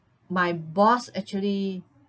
my boss actually